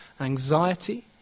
anxiety